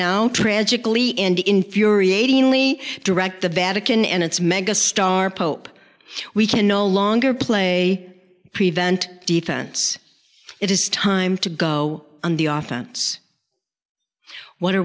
now tragically and infuriatingly direct the vatican and its mega star pope we can no longer play prevent defense it is time to go on the off chance what are